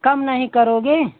कम नहीं करोगे